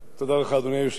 אדוני היושב-ראש,